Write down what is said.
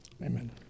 Amen